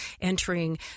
entering